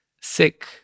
sick